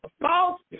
false